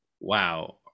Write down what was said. wow